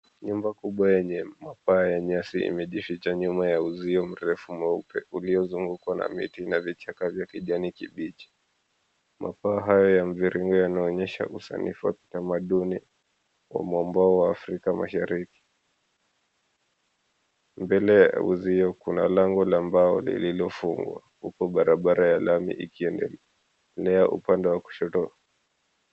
Nyumba kubwa yenye mapaa ya nyasi imejificha nyuma ya uzio mrefu mweupe uliozungukwa na miti na vichaka vya kijani kibichi. Mapaa haya ya mviringo yanaonyesha usanifu wa kitamaduni kwa maumbo ya Afrika Mashariki. Mbele ya uzio kuna lango la mbao lililofungwa huku barabara ya lami ikielea upande wa kushoto.